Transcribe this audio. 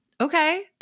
Okay